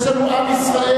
יש לנו עם ישראל,